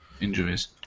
injuries